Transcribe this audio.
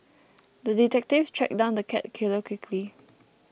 the detective tracked down the cat killer quickly